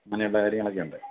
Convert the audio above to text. അങ്ങനെയുള്ള കാര്യങ്ങൾ ഒക്കെ ഉണ്ട്